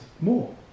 more